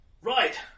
Right